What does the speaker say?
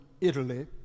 Italy